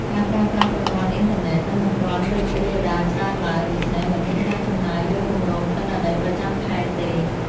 ការប្រើប្រាស់ប្រព័ន្ធអ៊ីនធឺណិតនៅមិនទាន់រីករាលដាលច្រើនឡើយ ដូច្នេះមិនមានការចំណាយលើគម្រោងទិន្នន័យប្រចាំខែទេ។